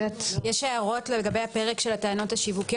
הערות לגבי הפרק של הטענות השיווקיות?